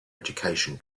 education